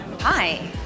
Hi